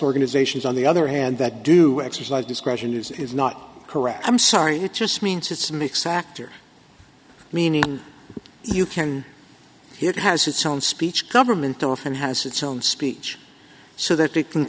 organisations on the other hand that do exercise discretion use is not correct i'm sorry it just means it's a mix actor meaning you can hear it has its own speech government often has its own speech so that it can